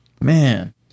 Man